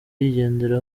yigendera